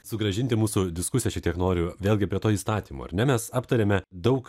sugrąžinti mūsų diskusiją šietiek noriu vėlgi prie to įstatymo ar ne mes aptarėme daug